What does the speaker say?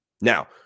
Now